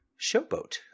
showboat